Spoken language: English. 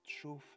truth